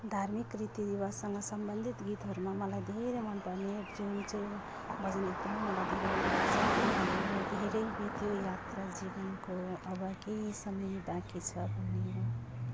धार्मिक रीतिरिवाजसँग सम्बन्धित गीतहरूमा मलाई धेरै मनपर्ने जुन चाहिँ भजन एकदमै मलाई धेरै मनपर्छ त्यो भजनहरू धेरै बित्यो यात्रा जीवनको अब केही समय बाकी छ भन्ने हो